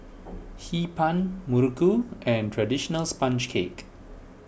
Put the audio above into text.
Hee Pan Muruku and Traditional Sponge Cake